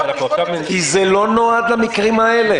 כי זה לא נועד למקרים האלה.